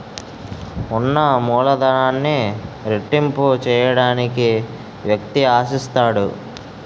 ఉన్న మూలధనాన్ని రెట్టింపు చేయడానికి వ్యక్తి ఆశిస్తాడు